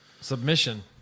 Submission